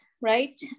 right